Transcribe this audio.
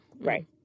right